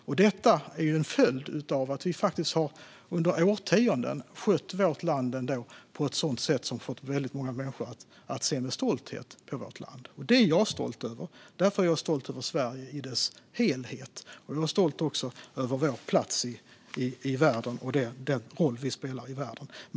Det är ju en följd av att vi under årtionden faktiskt har skött vårt land på ett sätt som har fått väldigt många människor att se med stolthet på Sverige. Det är jag stolt över, och därför är jag stolt över Sverige i sin helhet. Jag är stolt över vår plats i världen och över den roll vi spelar i världen.